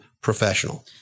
professional